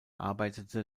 arbeitete